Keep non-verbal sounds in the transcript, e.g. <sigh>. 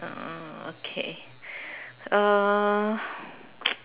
ah okay uh <noise>